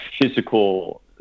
physical